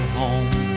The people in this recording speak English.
home